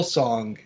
song